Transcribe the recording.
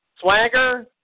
Swagger